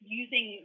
using